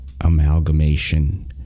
amalgamation